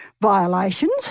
violations